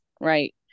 right